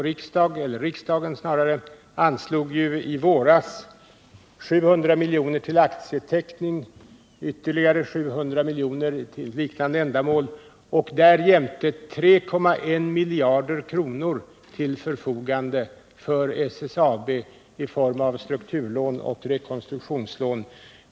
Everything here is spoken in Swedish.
Riksdagen anslog i våras 700 miljoner till aktieteckning, ytterligare 700 miljoner till liknande ändamål och därjämte ställdes 3,1 miljarder till förfogande för SSAB i form av strukturlån och rekonstruktionslån.